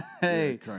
Hey